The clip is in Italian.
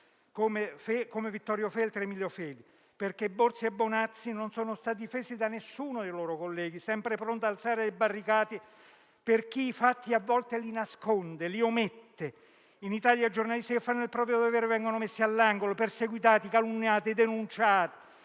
come Vittorio Feltri ed Emilio Fede. Questo perché Borzi e Bonazzi non sono stati difesi da nessuno dei loro colleghi, sempre pronti ad alzare barricate per chi i fatti a volte li nasconde e li omette. In Italia, i giornalisti che fanno il proprio dovere vengono messi all'angolo, perseguitati, calunniati e denunciati,